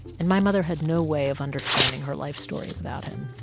and my mother had no way of understanding her life story without him